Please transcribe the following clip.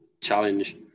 challenge